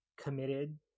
committed